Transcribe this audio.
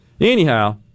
Anyhow